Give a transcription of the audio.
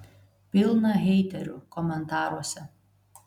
pilna heiterių komentaruose